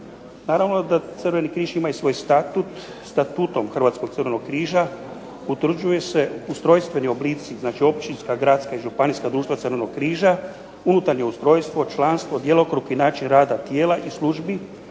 Naravno da Crveni križ ima i svoj statut. Statutom Hrvatskog Crvenog križa utvrđuju se ustrojstveni oblici, znači općinska, gradska i županijska društva Crvenog križa, unutarnje ustrojstvo, članstvo, djelokrug i način rada tijela i službi,